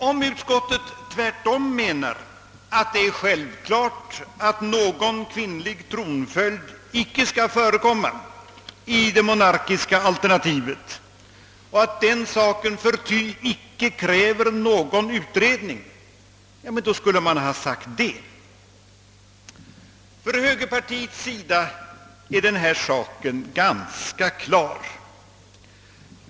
Om utskottet däremot menar att det är självklart att någon kvinnlig tronföljd icke skall förekomma i det monarkiska alternativet och att den saken förty icke kräver någon utredning, skulle man ha sagt det. För högerpartiets del är denna fråga ganska klar.